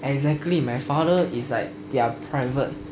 exactly my father is like their private